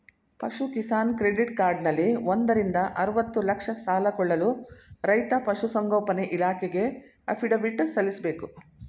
ಪಶು ಕಿಸಾನ್ ಕ್ರೆಡಿಟ್ ಕಾರ್ಡಲ್ಲಿ ಒಂದರಿಂದ ಅರ್ವತ್ತು ಲಕ್ಷ ಸಾಲ ಕೊಳ್ಳಲು ರೈತ ಪಶುಸಂಗೋಪನೆ ಇಲಾಖೆಗೆ ಅಫಿಡವಿಟ್ ಸಲ್ಲಿಸ್ಬೇಕು